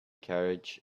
carriage